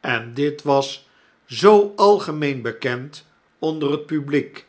en dit was zoo algemeen bekend onder het publiek